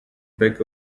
back